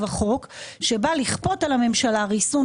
אלא זה החוק שכופה על הממשלה ריסון